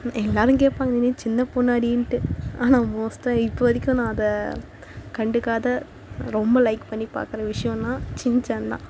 எல்லோரும் கேட்பாங்க நீ சின்ன பொண்ணாடின்ட்டு ஆனால் மோஸ்ட்டா இப்போ வரைக்கும் நான் அத கண்டுக்காத ரொம்ப லைக் பண்ணி பார்க்குற விஷயன்னா சின்சேன் தான்